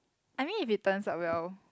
I mean if it turns out well